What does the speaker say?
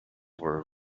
were